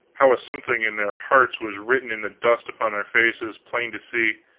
how a something in their hearts was written in the dust upon their faces, plain to see,